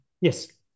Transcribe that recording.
Yes